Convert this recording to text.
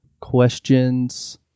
questions